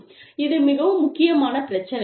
இது மிகவும் முக்கியமான பிரச்சினை